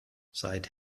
seit